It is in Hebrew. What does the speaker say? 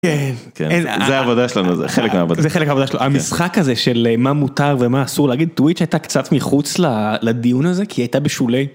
זה העבודה שלנו חלק מהעבודה חלק מהעבודה משחק הזה של מה מותר ומה אסור להגיד טוויץ' הייתה קצת מחוץ לדיון הזה כי הייתה בשולי.